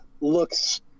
looks